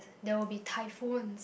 there will be typhoons